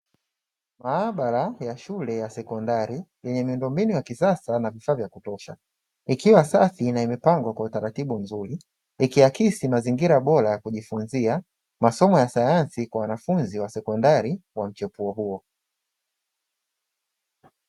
Maabara ya shule ya sekondari yenye miundombinu ya kisasa na vifaa vya kutosha ikiwa safi na imepangwa kwa utaratibu mzuri ikiakisi mazingira bora ya kujifunzia, masomo ya sayansi kwa wanafunzi wa sekondari wa mchepuo huo .